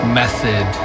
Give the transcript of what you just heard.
method